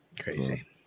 Crazy